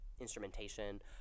instrumentation